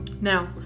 Now